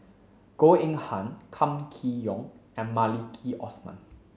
Goh Eng Han Kam Kee Yong and Maliki Osman